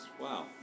wow